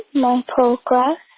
my progress.